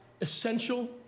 essential